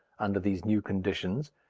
under these new conditions,